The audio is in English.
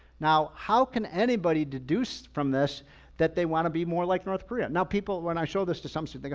now, how can anybody deduce from this that they want to be more like north korea? now people, when i show this to some so they go,